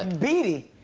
and beady?